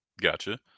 Gotcha